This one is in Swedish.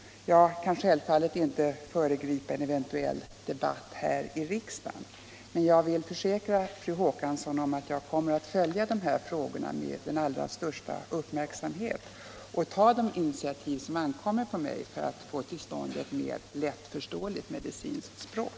Jag kan självfallet inte föregripa en eventuell debatt här i riksdagen, men jag vill försäkra fru Håkansson att jag kommer att följa dessa frågor med den allra största uppmärksamhet och ta de initiativ som ankommer på mig för att få till stånd ett mer lättförståeligt medicinskt språk.